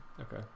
Okay